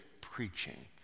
preaching